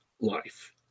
life